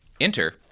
Enter